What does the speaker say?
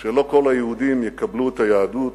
שלא כל היהודים יקבלו את היהדות,